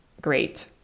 great